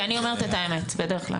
כי אני אומרת את האמת בדרך כלל.